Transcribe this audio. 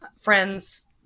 friends